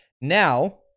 Now